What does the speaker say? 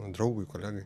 draugui kolegai